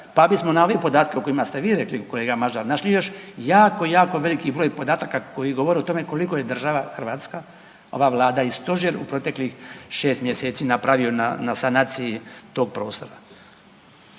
Pa bismo na ove podatke o kojima ste vi rekli kolega Mažar, našli još jako, jako veliki broj podataka koji govore o tome koliko je država Hrvatska, ova Vlada i stožer u proteklih 6 mjeseci napravio na sanaciji tog prostora.